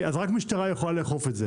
רק משטרה יכולה לאכוף את זה.